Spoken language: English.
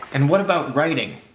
and what about writing?